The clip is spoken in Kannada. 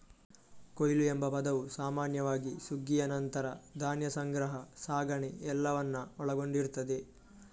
ಕೊಯ್ಲು ಎಂಬ ಪದವು ಸಾಮಾನ್ಯವಾಗಿ ಸುಗ್ಗಿಯ ನಂತರ ಧಾನ್ಯ ಸಂಗ್ರಹ, ಸಾಗಣೆ ಎಲ್ಲವನ್ನ ಒಳಗೊಂಡಿರ್ತದೆ